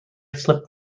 slipped